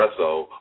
espresso